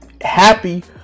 happy